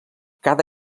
cada